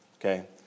okay